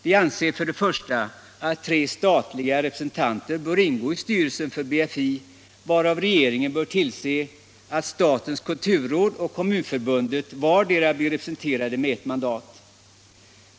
Vi anser först och främst att tre statliga representanter bör ingå i styrelsen för BFI, varav regeringen bör tillse att statens kulturråd och Kommunförbundet blir representerade med ett mandat vardera.